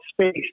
space